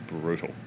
brutal